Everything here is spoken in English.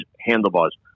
handlebars